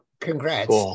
Congrats